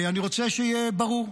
אני רוצה שיהיה ברור,